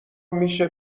میشه